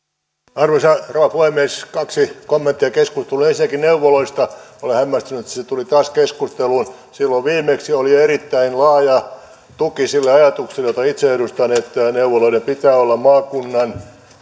arvoisa rouva puhemies kaksi kommenttia keskusteluun ensinnäkin neuvoloista olen hämmästynyt että se tuli taas keskusteluun silloin viimeksi oli erittäin laaja tuki sille ajatukselle jota itse edustan että neuvoloiden pitää olla maakunnan